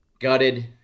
gutted